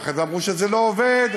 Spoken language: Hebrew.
ואחרי זה אמרו שזה לא עובד.